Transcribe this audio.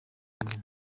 umukino